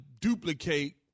duplicate